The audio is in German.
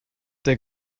der